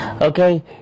okay